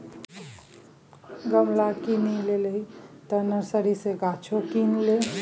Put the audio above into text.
गमला किनिये लेलही तँ नर्सरी सँ गाछो किन ले